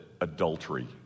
adultery